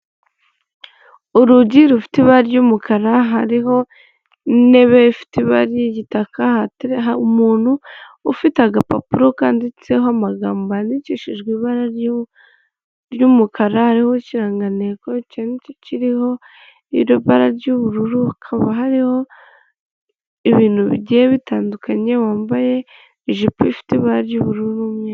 Urugi rufite ibara ry'umukara hariho intebe ifite ibara ry'igitaka, hari umuntu ufite agapapuro kandi yanditseho amagambo yandikishijwe ibara ry'umukara ariho ikirangantego kiriho ibara ry'ubururu hakaba hariho ibintu bigiye bitandukanye wambaye ijipo ifite ibara ry'ubururu n'umweru.